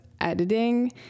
editing